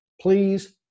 please